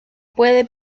puede